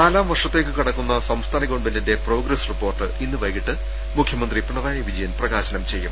നാലാം വർഷത്തേക്ക് കടക്കുന്ന് സംസ്ഥാന ഗവൺമെന്റിന്റെ പ്രോഗ്രസ് റിപ്പോർട്ട് ഇന്ന് വൈകിട്ട് മുഖ്യമന്ത്രി പിണറായി വിജയൻ പ്രകാ ശനം ചെയ്യും